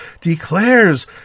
declares